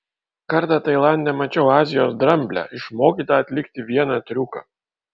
kartą tailande mačiau azijos dramblę išmokytą atlikti vieną triuką